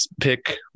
pick